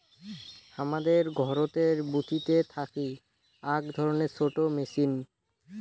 হামাদের ঘরতের বুথিতে থাকি আক ধরণের ছোট মেচিন